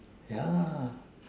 yeah